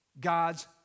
God's